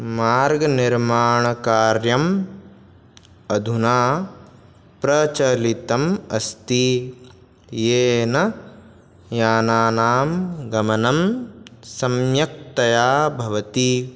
मार्गनिर्माणकार्यम् अधुना प्रचलितम् अस्ति येन यानानां गमनं सम्यक्तया भवति